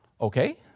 okay